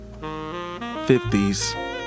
50s